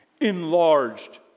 Enlarged